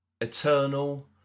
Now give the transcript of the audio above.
Eternal